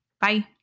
Bye